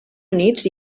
units